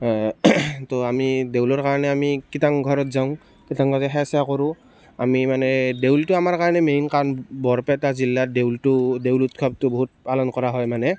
তো আমি দেউলৰ কাৰণে আমি কীৰ্ত্তন ঘৰত যাওঁ কীৰ্ত্তনঘৰত সেৱা চেৱা কৰোঁ আমি মানে দেউলটো আমাৰ কাৰণে মেইন কাৰণ বৰপেটা জিলাত দেউলটো দেউল উৎসৱটো বহুত পালন কৰা হয় মানে